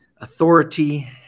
authority